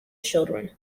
children